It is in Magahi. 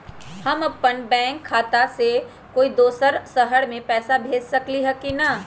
हम अपन बैंक खाता से कोई दोसर शहर में पैसा भेज सकली ह की न?